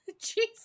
Jesus